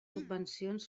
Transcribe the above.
subvencions